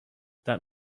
that